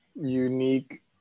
unique